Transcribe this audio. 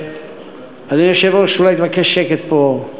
אדוני היושב-ראש, אולי תבקש שקט פה.